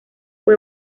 fue